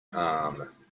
arm